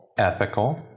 ethical,